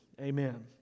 Amen